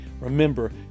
remember